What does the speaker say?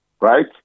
right